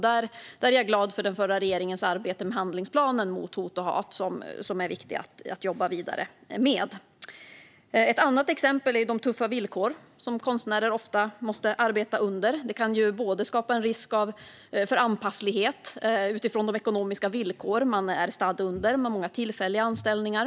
Där är jag glad för den förra regeringens arbete med handlingsplanen mot hot och hat, som är viktig att jobba vidare med. Ett annat exempel är de tuffa villkor som konstnärer ofta måste arbeta under. Det kan skapa en risk för anpassning till de ekonomiska villkor man är stadd under, med många tillfälliga anställningar.